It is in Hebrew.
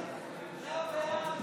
(קורא בשמות חברי הכנסת)